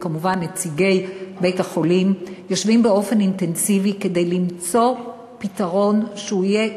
וכמובן נציגי בית-החולים יושבים באופן אינטנסיבי כדי למצוא פתרון שיהיה,